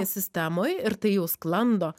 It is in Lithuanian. sistemoj ir tai jau sklando